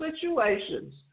situations